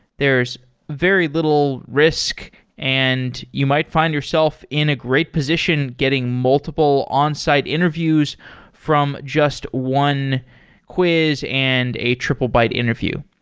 there's very little risk and you might find yourself in a great position getting multiple onsite interviews from just one quiz and a triplebyte interview.